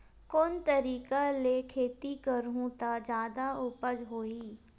कोन तरीका ले खेती करहु त जादा उपज होही?